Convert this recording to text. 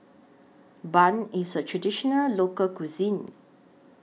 Bun IS A Traditional Local Cuisine